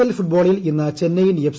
L ഫുട്ബോളിൽ ഇന്ന് Chennaiyin F